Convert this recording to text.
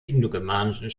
indogermanischen